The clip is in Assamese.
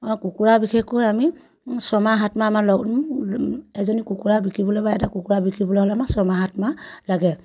কুকুৰা বিশেষকৈ আমি ছমাহ সাতমাহ আমাৰ লগ এজনী কুকুৰা বিকিবলৈ বা এটা কুকুৰা বিকিবলৈ হ'লে আমাৰ ছমাহ সাতমাহ লাগে